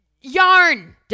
Yarn